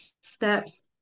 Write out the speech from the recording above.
steps